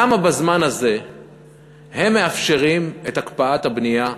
למה בזמן הזה הם מאפשרים את הקפאת הבנייה בירושלים?